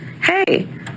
hey